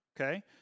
okay